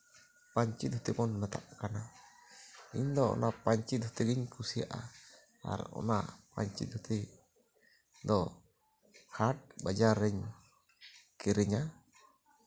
ᱯᱟᱧᱪᱤ ᱫᱷᱩᱛᱤ ᱵᱚᱱ ᱢᱮᱛᱟᱜ ᱠᱟᱱᱟ ᱤᱧ ᱫᱚ ᱚᱱᱟ ᱯᱟᱧᱪᱤ ᱫᱷᱩᱛᱤ ᱜᱤᱧ ᱠᱩᱥᱤᱭᱟᱜᱼᱟ ᱟᱨ ᱚᱱᱟ ᱯᱟᱧᱪᱤ ᱫᱷᱩᱛᱤ ᱫᱚ ᱦᱟᱴ ᱵᱟᱡᱟᱨ ᱨᱤᱧ ᱠᱤᱨᱤᱧᱟ